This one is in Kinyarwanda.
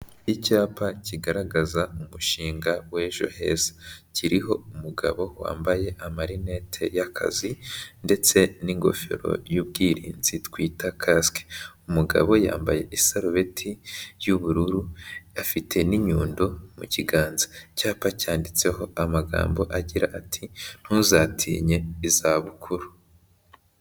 Icyapa kigaragaza umushinga w'ejo heza. Kiriho umugabo wambaye amarinete y'akazi, ndetse n'ingofero y'ubwirinzi twita kasike. Umugabo yambaye isarubeti y'ubururu, afite n'inyundo mu kiganza. Icyapa cyanditseho amagambo agira ati: "Ntuzatinye izabukuru."